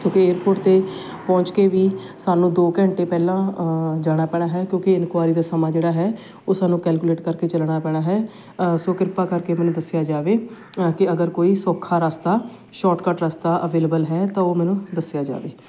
ਕਿਉਂਕਿ ਏਅਰਪੋਰਟ 'ਤੇ ਪਹੁੰਚ ਕੇ ਵੀ ਸਾਨੂੰ ਦੋ ਘੰਟੇ ਪਹਿਲਾਂ ਜਾਣਾ ਪੈਣਾ ਹੈ ਕਿਉਂਕਿ ਇਨਕੁਆਇਰੀ ਦਾ ਸਮਾਂ ਜਿਹੜਾ ਹੈ ਉਹ ਸਾਨੂੰ ਕੈਲਕੂਲੇਟ ਕਰਕੇ ਚੱਲਣਾ ਪੈਣਾ ਹੈ ਸੋ ਕਿਰਪਾ ਕਰਕੇ ਮੈਨੂੰ ਦੱਸਿਆ ਜਾਵੇ ਕਿ ਅਗਰ ਕੋਈ ਸੌਖਾ ਰਸਤਾ ਸ਼ੋਟਕਟ ਰਸਤਾ ਅਵੇਲੇਬਲ ਹੈ ਤਾਂ ਉਹ ਮੈਨੂੰ ਦੱਸਿਆ ਜਾਵੇ